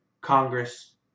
Congress